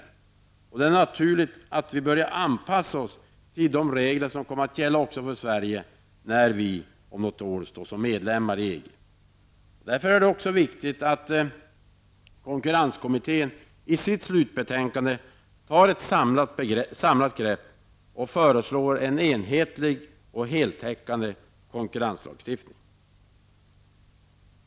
Det är naturligt att vi börjar anpassa oss till de regler som kommer att gälla för Sverige när vi om något år är medlemmar i EG. Därför är det viktigt att konkurrenskommittén i sitt slutbetänkande tar ett samlat grepp och föreslår en enhetlig och heltäckande konkurrenslagstiftning.